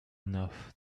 enough